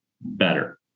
better